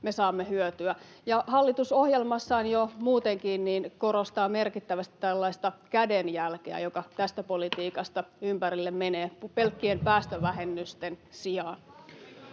me saamme hyötyä. Hallitus ohjelmassaan jo muutenkin korostaa merkittävästi tällaista kädenjälkeä, joka tästä politiikasta ympärille menee pelkkien päästövähennysten sijaan.